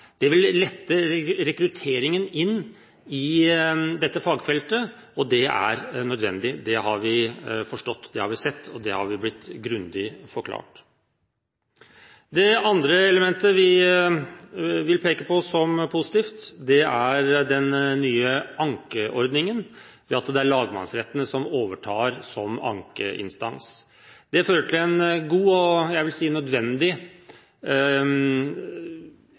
Det vil lette rekrutteringen inn i dette fagfeltet, og det er nødvendig. Det har vi forstått, det har vi sett, og det har vi blitt grundig forklart. Det andre elementet vi vil peke på som positivt, er den nye ankeordningen, ved at det er lagmannsrettene som overtar som ankeinstans. Det fører til en god og – jeg vil si – nødvendig